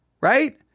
right